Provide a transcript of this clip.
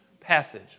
passage